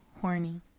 Horny